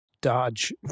Dodge